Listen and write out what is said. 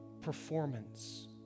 performance